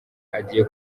agiye